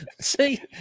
see